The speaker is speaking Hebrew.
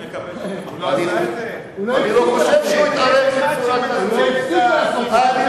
הוא לא הפסיק לעשות את זה.